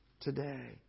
today